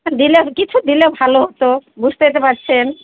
দিলে কিছু দিলে ভালো হতো বুঝতেই তো পারছেন